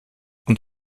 und